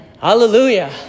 Hallelujah